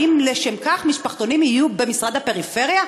האם לשם כך המשפחתונים יהיו במשרד הפריפריה?